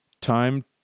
time